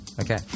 okay